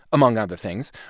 among other things,